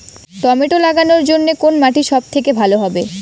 Tomato লাগানোর জন্যে কোন মাটি সব থেকে ভালো হবে?